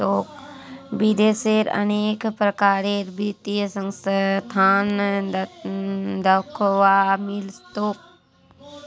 विदेशत अनेक प्रकारेर वित्तीय संस्थान दख्वा मिल तोक